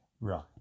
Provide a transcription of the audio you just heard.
Right